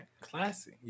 Classy